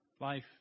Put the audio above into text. life